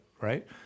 right